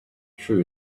true